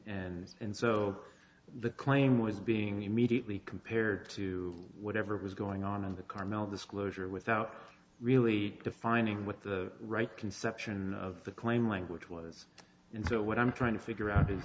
and and so the claim was being immediately compared to whatever was going on in the carmel disclosure without really defining with the right conception of the claim language was in so what i'm trying to figure